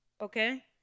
Okay